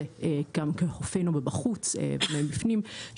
גם מבחוץ ומבפנים,